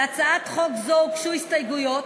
להצעת חוק זו הוגשו הסתייגויות.